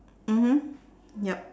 mmhmm yup